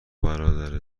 برادر